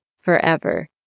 Forever